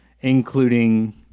including